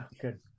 good